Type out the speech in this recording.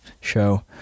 show